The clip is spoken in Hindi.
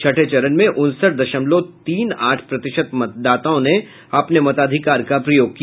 छठे चरण में उनसठ दशमलव तीन आठ प्रतिशत मतदाताओं ने अपने मताधिकार का प्रयोग किया